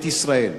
את ישראל.